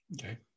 Okay